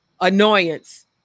annoyance